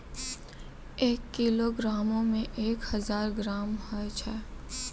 एक किलोग्रामो मे एक हजार ग्राम होय छै